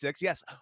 yes